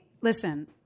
listen